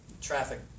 traffic